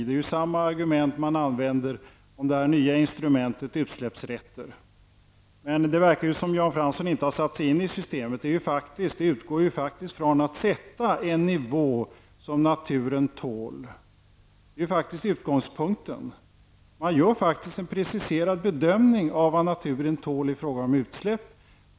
Det är samma argument de använder om det nya instrumentet utsläppsrätter. Det verkar som om Jan Fransson inte har satt sig in i systemet. Det utgår från att nivån sätts med hänsyn till vad naturen tål. Det är faktiskt utgångspunkten. Det görs en preciserad bedömning av vad naturen tål i fråga om utsläpp.